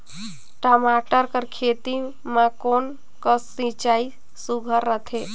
टमाटर कर खेती म कोन कस सिंचाई सुघ्घर रथे?